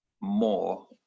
more